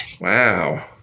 Wow